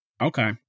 okay